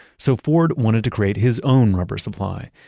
so ford wanted to create his own rubber supply,